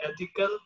ethical